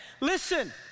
Listen